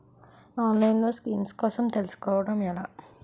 ఆన్లైన్లో స్కీమ్స్ కోసం తెలుసుకోవడం ఎలా?